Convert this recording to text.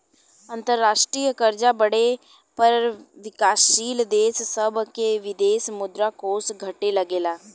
अंतरराष्ट्रीय कर्जा बढ़े पर विकाशील देश सभ के विदेशी मुद्रा कोष घटे लगेला